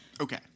Okay